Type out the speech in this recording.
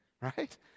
Right